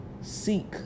seek